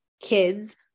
kids